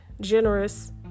generous